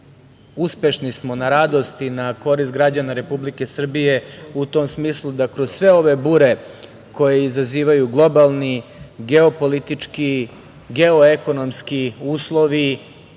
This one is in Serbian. uspešni smo na radost i na korist građana Republike Srbije u tom smislu da kroz sve ove bure koje izazivaju globalni, geopolitički, geoekonomski uslovi